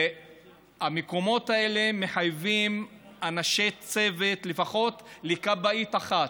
המקומות האלה מחייבים אנשי צוות של לפחות כבאית אחת,